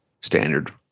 standard